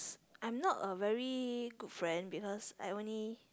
I'm not a very good friend because I only